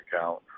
account